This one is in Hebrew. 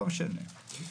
לא משנה.